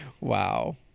Wow